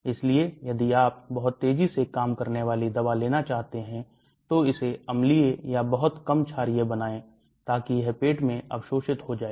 इसलिए यदि आप बहुत तेजी से काम करने वाली दवा लेना चाहते हैं तो इसे अम्लीय या बहुत कम छारीय बनाएं ताकि यह पेट में अवशोषित हो जाए